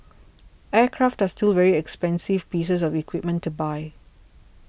aircraft are still very expensive pieces of equipment to buy